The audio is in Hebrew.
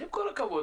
עם כל הכבוד,